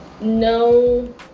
no